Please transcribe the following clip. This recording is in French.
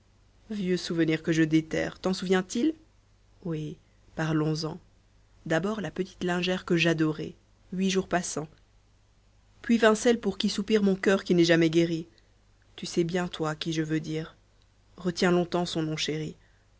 vieux souvenirs que je déterre t'en souvient-il oui parlons-en d'abord la petite lingère que j'adorai huit jours passant puis vint celle pour qui soupire mon coeur qui n'est jamais guéri tu sais bien toi qui je veux dire retiens longtemps son nom chéri